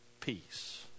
peace